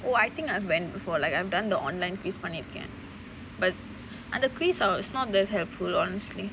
oh I think I've went before like I've done the online quiz பண்ணி இருக்கேன்:panni irukkaen but அந்த:antha quiz it's not that helpful honestly